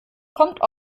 kommt